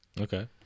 Okay